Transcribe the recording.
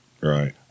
Right